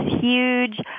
huge